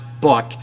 book